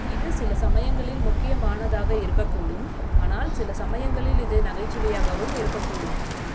இது சில சமயங்களில் முக்கியமானதாக இருக்கக்கூடும் ஆனால் சில சமயங்களில் இது நகைச்சுவையாகவும் இருக்கக்கூடும்